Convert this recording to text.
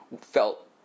felt